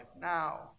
now